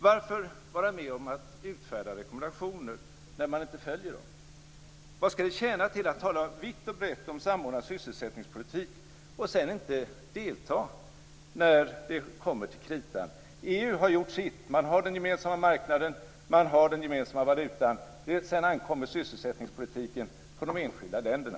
Varför vara med om att utfärda rekommendationer när man inte följer dem? Vad skall det tjäna till att tala vitt och brett om samordnad sysselsättningspolitik och sedan inte delta när det kommer till kritan? EU har gjort sitt. Man har den gemensamma marknaden. Man har den gemensamma valutan. Sedan ankommer sysselsättningspolitiken på de enskilda länderna.